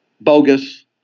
bogus